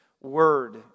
word